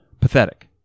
Pathetic